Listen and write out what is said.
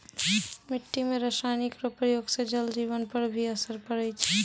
मिट्टी मे रासायनिक रो प्रयोग से जल जिवन पर भी असर पड़ै छै